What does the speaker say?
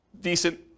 decent